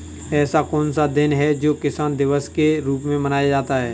ऐसा कौन सा दिन है जो किसान दिवस के रूप में मनाया जाता है?